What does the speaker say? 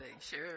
sure